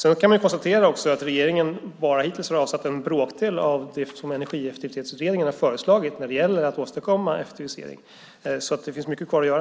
Man kan också konstatera att regeringen hittills bara har avsatt en bråkdel av det som Energieffektiviseringsutredningen har föreslagit när det gäller att åstadkomma effektivisering. Så det finns mycket kvar att göra.